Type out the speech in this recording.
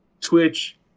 Twitch